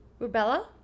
Rubella